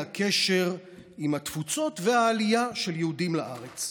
היא הקשר עם התפוצות והעלייה של יהודים לארץ.